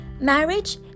Marriage